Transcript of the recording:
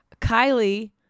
kylie